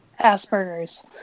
asperger's